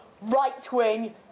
right-wing